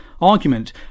argument